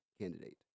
candidate